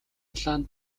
улаан